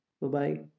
Bye-bye